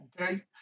okay